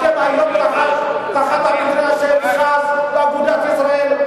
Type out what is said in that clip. אתם היום תחת המטרייה של ש"ס ואגודת ישראל,